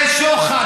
זה שוחד,